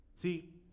See